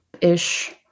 ish